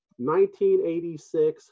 1986